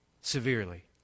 Severely